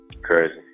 Crazy